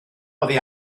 oddi